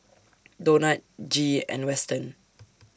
Donat Gee and Weston